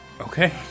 Okay